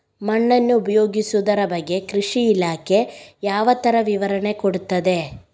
ಮಣ್ಣನ್ನು ಉಪಯೋಗಿಸುದರ ಬಗ್ಗೆ ಕೃಷಿ ಇಲಾಖೆ ಯಾವ ತರ ವಿವರಣೆ ಕೊಡುತ್ತದೆ?